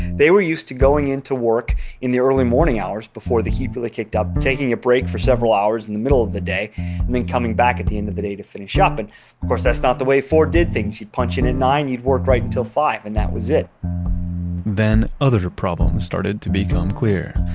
they were used to going into work in the early morning hours, before the heat really kicked up, taking a break for several hours in the middle of the day and then coming back at the end of the day to finish ah up. and of course that's not the way ford did things. you'd punch in at nine, you'd worked right until five and that was it then other problems started to become clear.